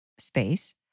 space